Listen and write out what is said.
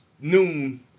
noon